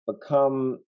become